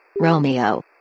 Romeo